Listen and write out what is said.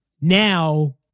Now